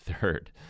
third